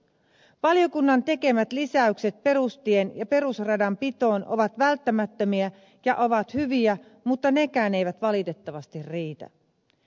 valiokunnan tekemät lisäykset perustien ja perusradanpitoon ovat välttämättömiä ja hyviä mutta nekään eivät valitettavasti riitä